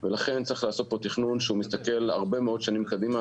ולכן צריך לעשות פה תכנון שמסתכל הרבה מאוד שנים קדימה.